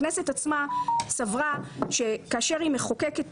הכנסת עצמה סברה שכאשר היא מחוקקת